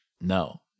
No